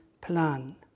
plan